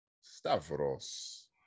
Stavros